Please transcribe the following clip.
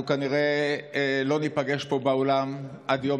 אנחנו כנראה לא ניפגש פה באולם עד יום